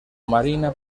marina